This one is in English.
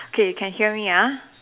K can hear me ah